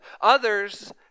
Others